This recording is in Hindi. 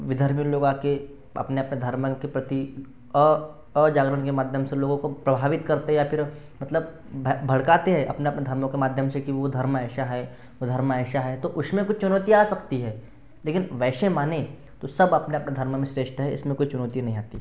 विधर्मी लोग आकर अपने अपने धर्म के प्रति अ अजागरण के माध्यम से लोगों को प्रभावित करते हैं या फिर मतलब भै भड़काते हैं अपने अपने धर्मों के माध्यम से कि वो धर्म ऐसा है वो धर्म ऐसा है तो उसमें कुछ चुनौतियाँ आ सकती है लेकिन वैसे मानें तो सब अपने अपने धर्म में श्रेष्ठ हैं इसमें कोई चुनौती नहीं आती